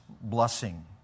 blessing